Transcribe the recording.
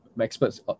experts